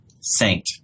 saint